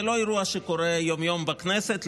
זה לא אירוע שקורה יום-יום בכנסת.